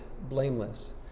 blameless